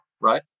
right